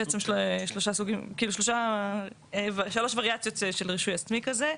בעצם, זה שלוש וריאציות של רישוי עצמי כזה,